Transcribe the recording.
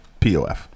pof